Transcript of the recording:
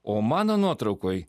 o mano nuotraukoj